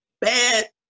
bad